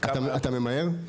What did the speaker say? אתה ממהר?